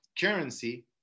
Currency